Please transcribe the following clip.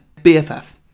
BFF